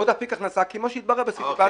עוד אפיק הכנסה כמו שהתברר בסיטי פס,